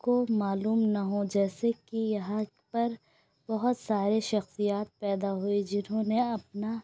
کو معلوم نہ ہوں جیسے کہ یہاں پر بہت سارے شخصیات پیدا ہوئی جنہوں نے اپنا